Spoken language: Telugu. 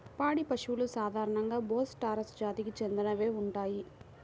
పాడి పశువులు సాధారణంగా బోస్ టారస్ జాతికి చెందినవే ఉంటాయి